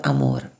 Amor